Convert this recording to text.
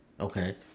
Okay